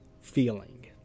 feeling